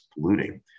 polluting